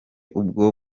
ubwo